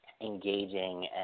engaging